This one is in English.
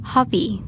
Hobby